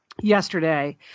yesterday